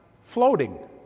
floating